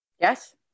Yes